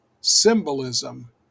Symbolism